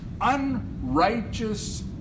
unrighteous